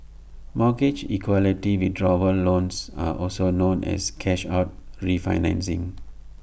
mortgage equity withdrawal loans are also known as cash out refinancing